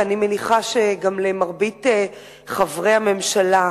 ואני מניחה שגם למרבית חברי הממשלה,